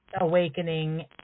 awakening